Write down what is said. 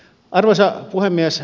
arvoisa puhemies